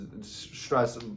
stress